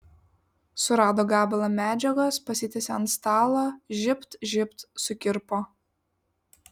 surado gabalą medžiagos pasitiesė ant stalo žybt žybt sukirpo